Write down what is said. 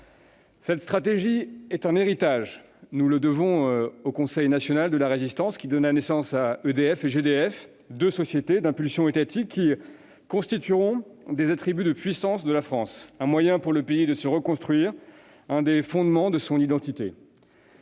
Cette stratégie est un héritage : nous le devons au Conseil national de la Résistance, qui donna naissance à EDF et GDF, deux sociétés d'impulsion étatique qui constituent depuis lors des attributs de puissance de la France et ont été un moyen pour le pays de se reconstruire, mais aussi l'un des fondements de son identité.